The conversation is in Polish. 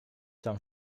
tam